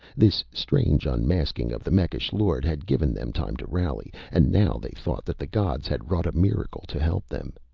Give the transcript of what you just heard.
this strange unmasking of the mekhish lord had given them time to rally, and now they thought that the gods had wrought a miracle to help them.